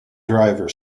driver